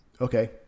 Okay